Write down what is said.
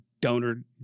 donor